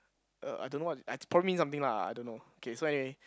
uh I don't know what I probably mean something lah I don't know K so anyway